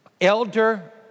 Elder